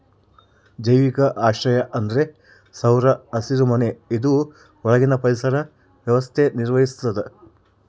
ಜೈವಿಕ ಆಶ್ರಯ ಅಂದ್ರ ಸೌರ ಹಸಿರುಮನೆ ಇದು ಒಳಗಿನ ಪರಿಸರ ವ್ಯವಸ್ಥೆ ನಿರ್ವಹಿಸ್ತತೆ